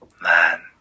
man